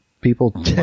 people